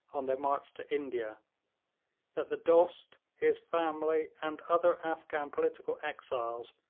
on their march to india that the dost, his family, and other afghan political exiles,